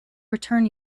return